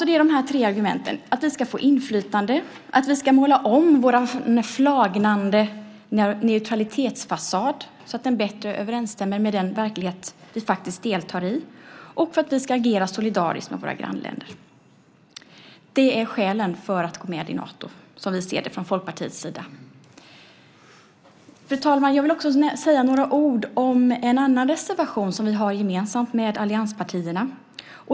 Det är de tre argumenten: att vi ska få inflytande, att vi ska måla om vår flagnande neutralitetsfasad så att den bättre överensstämmer med den verklighet vi faktiskt deltar i och att vi ska agera solidariskt med våra grannländer. Det är skälen för att gå med i Nato, som vi ser det från Folkpartiets sida. Fru talman! Jag vill också säga några ord om en annan reservation som vi har gemensamt med allianspartierna.